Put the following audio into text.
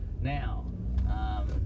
now